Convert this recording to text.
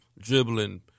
Dribbling